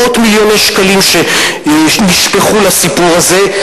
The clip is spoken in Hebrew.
מאות מיליוני שקלים שנשפכו לסיפור הזה,